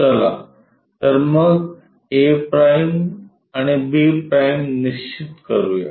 चला तर मग आपण a' आणि b' निश्चित करूया